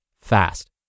fast